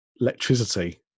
electricity